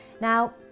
Now